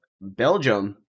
Belgium